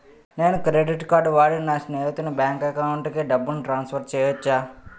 నేను credit card వాడి నా స్నేహితుని బ్యాంక్ అకౌంట్ కి డబ్బును ట్రాన్సఫర్ చేయచ్చా?